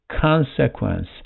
consequence